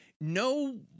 no